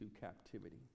captivity